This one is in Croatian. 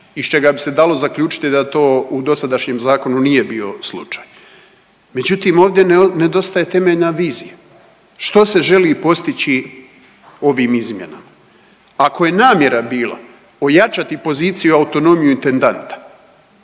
čega bi se dalo zaključiti da to u dosadašnjem zakonu nije bio slučaj. Međutim, ovdje nedostaje temeljna vizija. Što se želi postići ovim izmjenama? Ako je namjera bila ojačati poziciju i autonomiju intendanta,